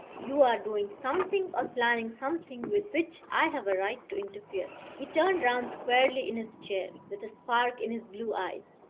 you are doing something or planning something with which i have a right to interfere. he turned round squarely in his chair, with a spark in his blue eyes.